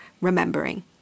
remembering